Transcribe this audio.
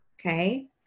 Okay